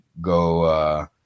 go